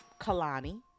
kalani